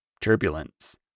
turbulence